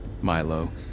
Milo